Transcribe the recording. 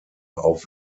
auf